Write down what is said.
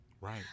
Right